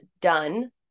done